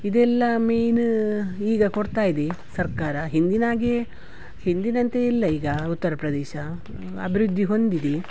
ಇದೆಲ್ಲ ಮೇಯ್ನೂ ಈಗ ಕೊಡ್ತಾ ಇದೆ ಸರ್ಕಾರ ಹಿಂದಿನಾಗೇ ಹಿಂದಿನಂತೆ ಇಲ್ಲ ಈಗ ಉತ್ತರ ಪ್ರದೇಶ ಅಭಿವೃದ್ಧಿ ಹೊಂದಿದೆ